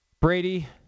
Brady